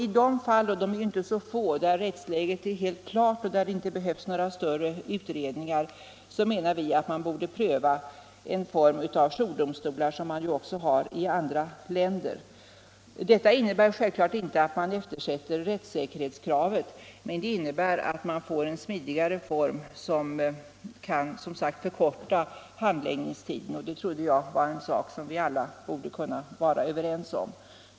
I de fall — de är inte så få — där rättsläget är helt klart och där det inte behövs några större utredningar menar vi att man borde pröva en form av jourdomstolar, som finns också i andra länder. Detta innebär inte att man eftersätter rättssäkerhetskravet, men man får en smidigare form, som kan förkorta handläggningstiden. Och det trodde jag var en sak som vi alla borde kunna vara överens om att vi skall eftersträva.